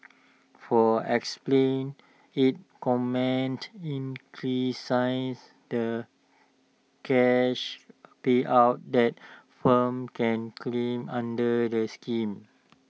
for explain IT commended in the cash payout that firms can claim under the scheme